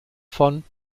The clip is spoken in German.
von